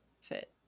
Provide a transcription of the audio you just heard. fit